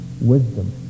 wisdom